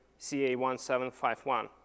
CA1751